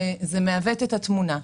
זה מעוות את התמונה.